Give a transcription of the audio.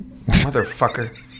Motherfucker